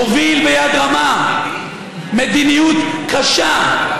מוביל ביד רמה מדיניות קשה,